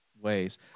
ways